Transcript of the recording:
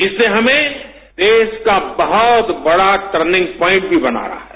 इससे हमें देश का बहुत बढ़ा टर्निंग प्वाइंट भी बनाना है